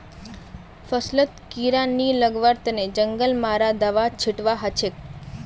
फसलत कीड़ा नी लगवार तने जंगल मारा दाबा छिटवा हछेक